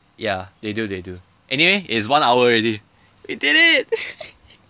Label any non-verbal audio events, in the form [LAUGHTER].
ya they do they do anyway it's one hour already we did it [LAUGHS]